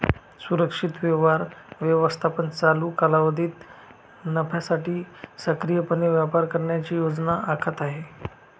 सुरक्षित व्यवहार व्यवस्थापन चालू कालावधीत नफ्यासाठी सक्रियपणे व्यापार करण्याची योजना आखत आहे